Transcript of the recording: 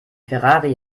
ferrari